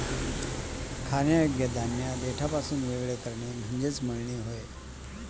खाण्यायोग्य धान्य देठापासून वेगळे करणे म्हणजे मळणी होय